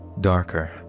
darker